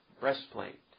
Breastplate